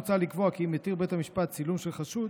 מוצע לקבוע כי אם התיר בית המשפט צילום של חשוד,